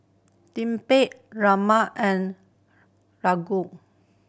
Raman and